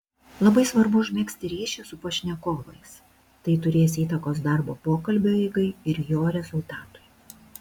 labai svarbu užmegzti ryšį su pašnekovais tai turės įtakos darbo pokalbio eigai ir jo rezultatui